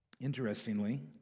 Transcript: Interestingly